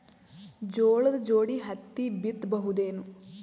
ಜೋಳದ ಜೋಡಿ ಹತ್ತಿ ಬಿತ್ತ ಬಹುದೇನು?